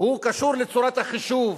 הוא קשור לצורת החישוב,